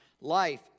life